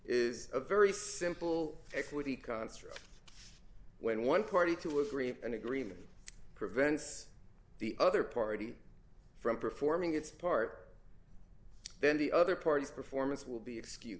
is a very simple equity construct when one party two or three an agreement prevents the other party from performing its part then the other party's performance will be